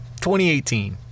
2018